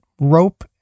rope